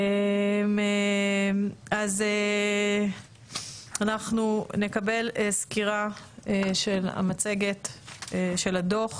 אז אנחנו נקבל סקירה של המצגת של הדו"ח